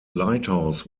lighthouse